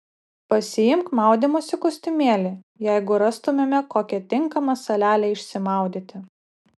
pasiimk maudymosi kostiumėlį jeigu rastumėme kokią tinkamą salelę išsimaudyti